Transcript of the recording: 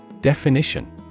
Definition